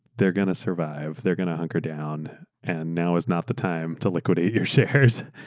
they're going to survive. they're going to hunker down and now is not the time to liquidate your shares.